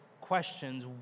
questions